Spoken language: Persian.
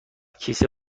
کیسه